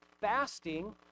fasting